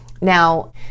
now